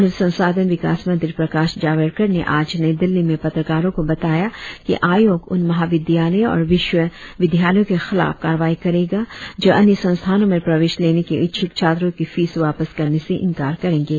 मानव संसाधन विकास मंत्री प्रकाश जावड़ेकर ने आज नई दिल्ली में पत्रकारों को बताया कि आयोग उन महाविद्यालयों और विश्व विद्यालयों के खिलाफ कार्रवाई करेगा जो अन्य संस्थानों में प्रवेश लेने के इच्छूक छात्रों की फीस वापस करने से इंकार करेंगे